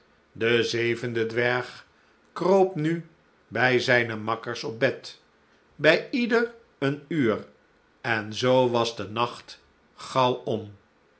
de zevende dwerg kroop nu bij zijne makkers op bed bij ieder een uur en zoo was de nacht gaauw om